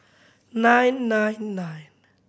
nine nine nine